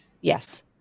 Yes